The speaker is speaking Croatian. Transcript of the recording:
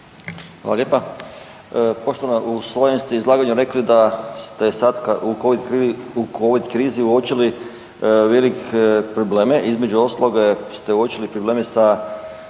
Željko (SDP)** Poštovana u svojem ste izlaganju rekli da ste sad u Covid krizi uočili velike probleme, između ostaloga ste uočili probleme sa